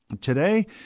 today